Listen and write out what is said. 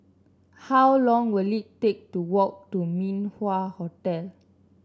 how long will it take to walk to Min Wah Hotel